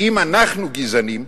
אם אנחנו גזענים,